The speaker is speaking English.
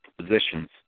positions